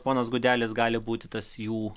ponas gudelis gali būti tas jų